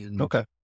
Okay